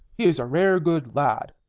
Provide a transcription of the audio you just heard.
he is a rare good lad.